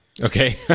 Okay